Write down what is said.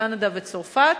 קנדה וצרפת